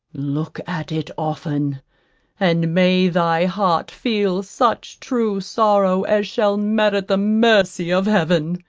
look at it often and may thy heart feel such true sorrow as shall merit the mercy of heaven.